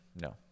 no